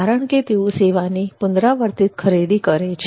કારણ કે તેઓ સેવાની પુનરાવર્તિત ખરીદી કરે છે